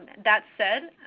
that said,